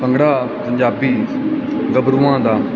ਭੰਗੜਾ ਪੰਜਾਬੀ ਗੱਭਰੂਆਂ ਦਾ